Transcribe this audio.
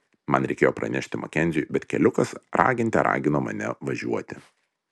man reikėjo pranešti makenziui bet keliukas raginte ragino mane važiuoti